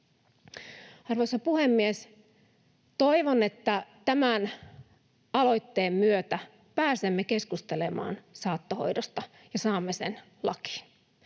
Arvoisa puhemies! Toivon, että tämän aloitteen myötä pääsemme keskustelemaan saattohoidosta ja saamme sen lakiin.